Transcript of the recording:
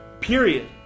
Period